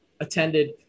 attended